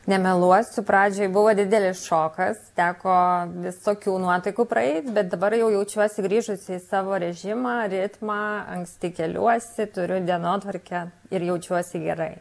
nemeluosiu pradžioj buvo didelis šokas teko visokių nuotaikų praeit bet dabar jau jaučiuosi grįžusi į savo režimą ritmą anksti keliuosi turiu dienotvarkę ir jaučiuosi gerai